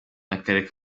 n’akarere